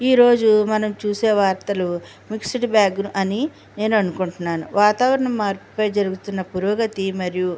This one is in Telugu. ఈరోజు మనం చూసే వార్తలు మిక్స్డ్ బ్యాగ్ అని నేను అనుకుంటున్నాను వాతావరణ మార్పుపై జరుగుతున్న పురోగతి మరియు